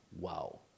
wow